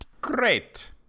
Great